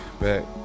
back